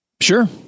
Sure